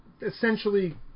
Essentially